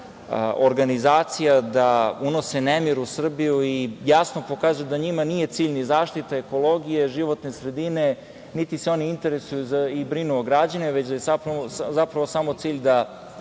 organizacija da unose nemir u Srbiju i jasno pokažu da njima nije cilj ni zaštita ekologije, životne sredine, niti se oni interesuju i brinu o građanima, već je zapravo samo cilj da